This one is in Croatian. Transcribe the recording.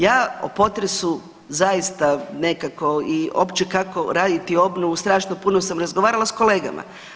Ja o potresu zaista nekako i opće kako raditi obnovu, strašno puno sam razgovarala s kolegama.